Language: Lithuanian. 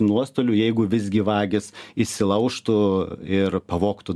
nuostolių jeigu visgi vagys įsilaužtų ir pavogtų